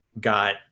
got